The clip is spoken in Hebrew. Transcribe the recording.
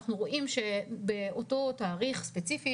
אנחנו רואים שבאותו תאריך ספציפי,